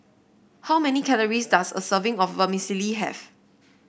how many calories does a serving of Vermicelli have